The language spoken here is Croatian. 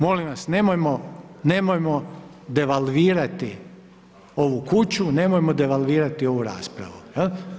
Molim vas nemojmo devalvirati ovu kuću, nemojmo devalvirati ovu raspravu.